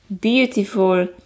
beautiful